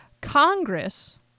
Congress